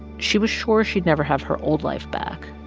she was sure she'd never have her old life back.